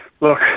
look